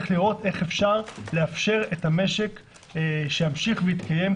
צריך לראות איך אפשר לאפשר שהמשק ימשיך ויתקיים,